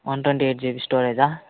one twenty eight GB స్టోరేజా